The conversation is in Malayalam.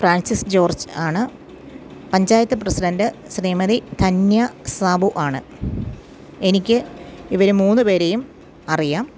ഫ്രാൻസിസ് ജോർജ് ആണ് പഞ്ചായത്ത് പ്രസിഡൻ്റ് ശ്രീമതി ധന്യ സാബു ആണ് എനിക്ക് ഇവർ മൂന്ന് പേരെയും അറിയാം